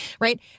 right